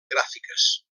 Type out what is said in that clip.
gràfiques